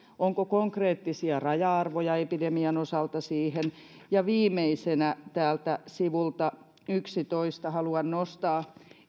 onko konkreettisia raja arvoja epidemian osalta siihen ja viimeisenä täältä sivulta yhdentoista haluan nostaa